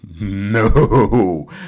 No